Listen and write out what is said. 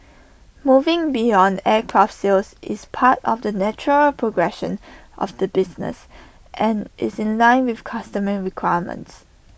moving beyond aircraft sales is part of the natural progression of the business and is in line with customer requirements